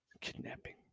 kidnapping